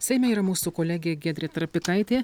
seime yra mūsų kolegė giedrė trapikaitė